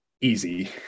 easy